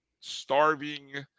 starving